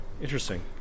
Interesting